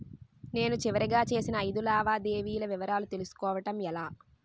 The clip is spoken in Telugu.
నేను చివరిగా చేసిన ఐదు లావాదేవీల వివరాలు తెలుసుకోవటం ఎలా?